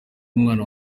umwana